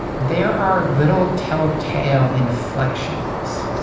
there are little telltale inflictions,